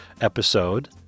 episode